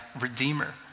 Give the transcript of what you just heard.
redeemer